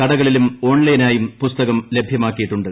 കടകളിലും ഓൺലൈനായും ് പുസ്തകം ലഭ്യമാക്കിയിട്ടുണ്ട്